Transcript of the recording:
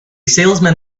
salesman